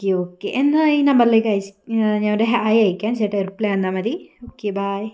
okay okay എന്നാ ഈ നമ്പറിലേക്ക് അയച്ചു ഞാൻ ഒരു ഹായ് അയക്കാം ചേട്ടൻ റിപ്ലൈ തന്നാൽ മതി ഓക്കെ ബൈ